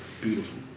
Beautiful